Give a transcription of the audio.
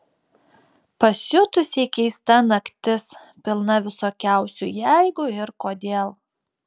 pasiutusiai keista naktis pilna visokiausių jeigu ir kodėl